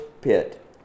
pit